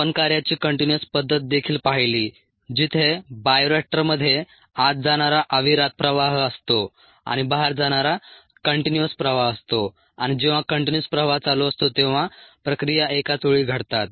आपण कार्याची कंटीन्युअस पद्धत देखील पाहिली जिथे बायोरिएक्टरमध्ये आत जाणारा अविरात प्रवाह असतो आणि बाहेर जाणारा कंटीन्युअस प्रवाह असतो आणि जेव्हा कंटीन्युअस प्रवाह चालू असतो तेव्हा प्रक्रिया एकाच वेळी घडतात